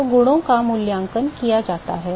तो गुणों का मूल्यांकन किया जाता है